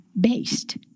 based